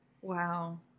Wow